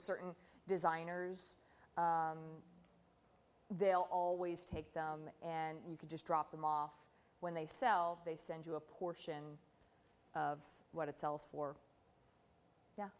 certain designers they'll always take them and you can just drop them off when they sell they send you a portion of what it sells for